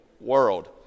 world